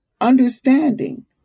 understanding